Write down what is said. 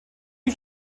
die